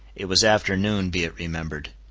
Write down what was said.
it was afternoon, be it remembered.